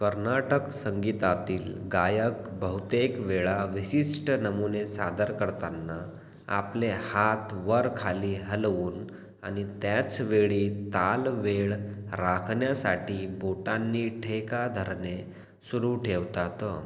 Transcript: कर्नाटक संगीतातील गायक बहुतेकवेळा विशिष्ट नमुने सादर करताना आपले हात वर खाली हलवून आणि त्याच वेळी ताल वेळ राखण्यासाठी बोटांनी ठेका धरणे सुरू ठेवतात